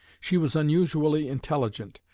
she was unusually intelligent,